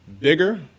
bigger